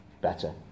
better